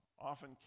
often